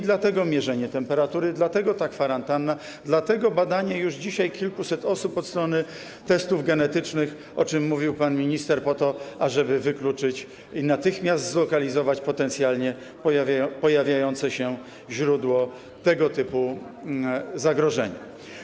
Dlatego jest mierzenie temperatury, dlatego ta kwarantanna, dlatego badanie już dzisiaj kilkuset osób od strony testów genetycznych, o czym mówił pan minister, po to, aby wykluczyć i natychmiast zlokalizować potencjalnie pojawiające się źródło tego typu zagrożenia.